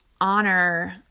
honor